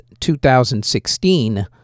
2016